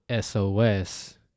SOS